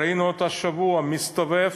ראינו אותו השבוע מסתובב